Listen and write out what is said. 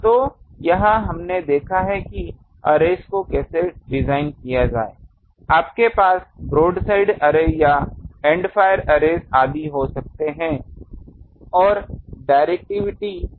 तो यह हमने देखा है कि अर्रेस को कैसे डिज़ाइन किया जाए आपके पास ब्रोडसाइड अर्रे या एंड फायर अर्रेस आदि हो सकते हैं और डिरेक्टिविटी क्या है